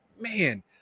man